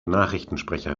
nachrichtensprecher